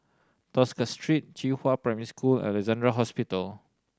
Tosca Street Qihua Primary School and Alexandra Hospital